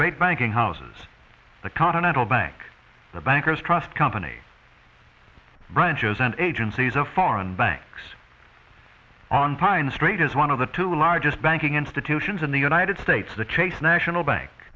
great banking houses the continental bank the bankers trust company branches and agencies of foreign banks on pine street is one of the two largest banking institutions in the united states the chase national bank